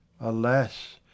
alas